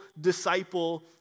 disciple